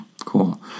cool